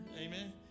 amen